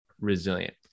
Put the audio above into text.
resilient